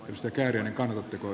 pystyykö eremenko mutta kun